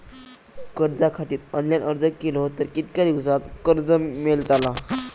कर्जा खातीत ऑनलाईन अर्ज केलो तर कितक्या दिवसात कर्ज मेलतला?